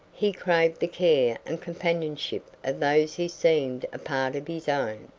he craved the care and companionship of those who seemed a part of his own.